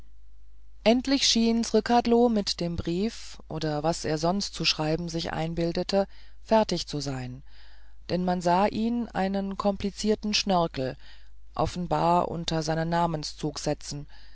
endlich schien zrcadlo mit dem brief oder was er sonst zu schreiben sich einbildete fertig zu sein denn man sah ihn einen komplizierten schnörkel offenbar unter seinen namenszug setzen